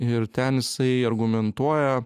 ir ten jisai argumentuoja